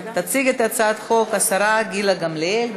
תציג את הצעת החוק השרה גילה גמליאל.